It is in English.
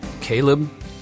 Caleb